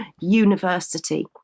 university